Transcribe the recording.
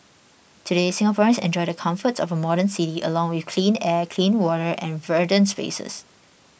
today Singaporeans enjoy the comforts of a modern city along with clean air clean water and verdant spaces